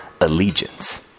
allegiance